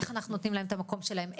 איך אנחנו נותנים להם את המקום שלהם,